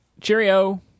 Cheerio